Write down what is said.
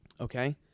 okay